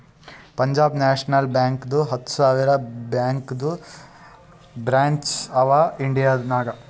Punjab national ಬ್ಯಾಂಕ್ದು ಹತ್ತ ಸಾವಿರ ಬ್ಯಾಂಕದು ಬ್ರ್ಯಾಂಚ್ ಅವಾ ಇಂಡಿಯಾ ನಾಗ್